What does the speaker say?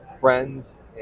friends